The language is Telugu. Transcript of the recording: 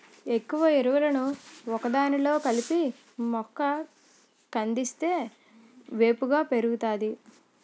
ఎక్కువ ఎరువులను ఒకదానిలో కలిపి మొక్క కందిస్తే వేపుగా పెరుగుతాది